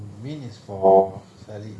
what is சரி:sari oh ya flu right